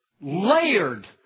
layered